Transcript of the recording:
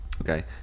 okay